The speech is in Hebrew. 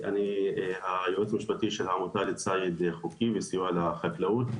אני היועץ המשפטי של העמותה לציד חוקי וסיוע לחקלאות.